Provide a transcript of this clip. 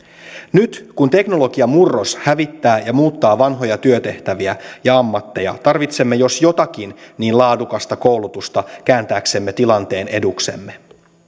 nyt kun teknologiamurros hävittää ja muuttaa vanhoja työtehtäviä ja ammatteja jos jotakin tarvitsemme niin laadukasta koulutusta kääntääksemme tilanteen eduksemme